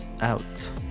out